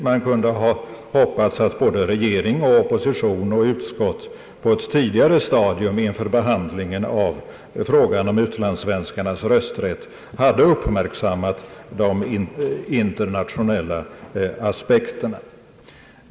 Man kunde ha hoppats att regering och opposition och utskott på ett tidigare stadium inför behandlingen av frågan om utlandssvenskarnas rösträtt hade uppmärksammat de internationella aspekterna.